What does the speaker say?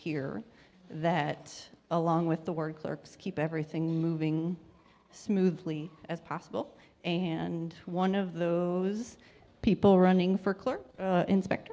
here that along with the work clerks keep everything moving smoothly as possible and one of those people running for clerk inspect